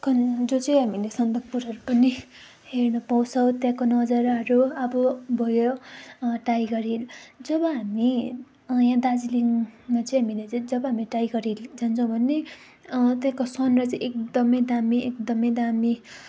कन जो चाहिँ हामीले सन्दकपूहरू पनि हेर्न पाउँछौँ त्यहाँको नजाराहरू अब भयो टाइगर हिल जब हामी यहाँ दार्जिलिङमा चाहिँ हामीले चाहिँ जब हामी टाइगर हिल जान्छौँ भने त्यहाँको सनराइजको चाहिँ एकदमै दामी एकदमै दामी